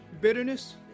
bitterness